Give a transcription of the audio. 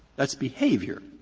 that's behavior.